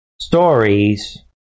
stories